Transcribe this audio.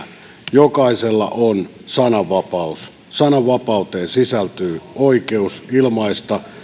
jokaisella on sananvapaus sananvapauteen sisältyy oikeus ilmaista